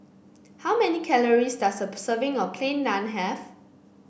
how many calories does a serving of Plain Naan have